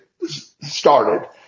started